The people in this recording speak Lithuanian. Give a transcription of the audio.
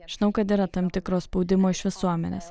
žinau kad yra tam tikro spaudimo iš visuomenės